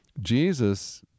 Jesus